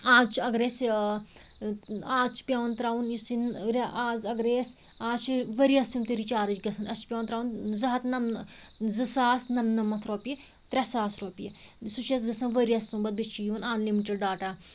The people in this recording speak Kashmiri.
آز چھُ اگر اَسہِ آز چھِ پٮ۪وان ترٛاوُن یُس یہِ آز اگرَے اَسہِ آز چھِ ؤریَس سُنٛمب تہِ رِچارٕج گژھان اَسہِ چھِ پٮ۪وان ترٛاوُن زٕ ہتھ نَم زٕ ساس نَمنَمتھ رۄپیہِ ترٛےٚ ساس رۄپیہِ سُہ چھِ اَسہِ گژھان ؤریَس سُنٛمبتھ بیٚیہِ چھِ یِوان اَنلِمِٹٕڈ ڈاٹا